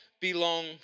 belong